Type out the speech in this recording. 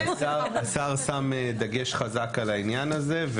השר שם דגש חזק בעניין הזה.